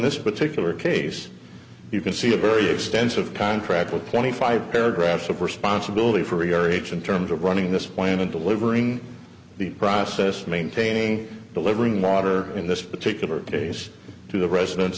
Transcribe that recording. this particular case you can see a very extensive contract with twenty five paragraphs of responsibility for your age in terms of running this planet delivering the process of maintaining delivering water in this particular case to the residen